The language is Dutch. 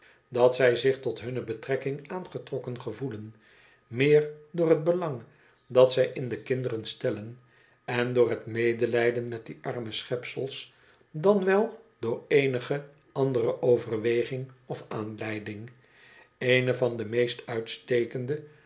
dat zij zich tot hunne betrekking aangetrokken gevoelen meer door het belang dat zij in de kinderen stellen en door het medelijden met die arme schepsels dan wel door eenige andereoverweging of aanleiding eene van de meest uitstekende